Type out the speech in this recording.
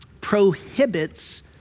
prohibits